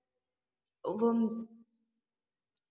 वह